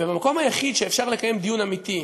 והמקום היחיד שאפשר לקיים בו דיון אמיתי,